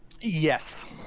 Yes